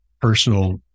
personal